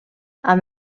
amb